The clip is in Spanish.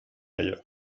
ellos